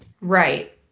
Right